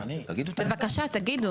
בבקשה, תגידו.